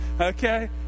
Okay